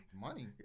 Money